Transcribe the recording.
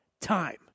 time